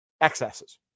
excesses